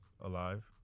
alive